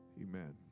amen